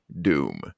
Doom